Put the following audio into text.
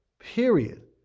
Period